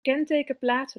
kentekenplaat